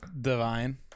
divine